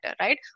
right